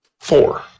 Four